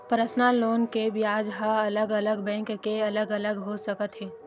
personal loan के बियाज ह अलग अलग बैंक के अलग अलग हो सकत हे